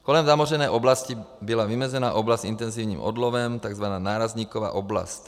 Kolem zamořené oblasti byla vymezena oblast s intenzivním odlovem, takzvaná nárazníková oblast.